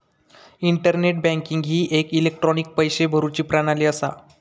internet banking ही एक electronic पैशे भरुची प्रणाली असा